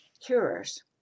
curers